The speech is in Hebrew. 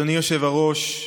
אדוני היושב-ראש,